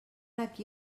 aquí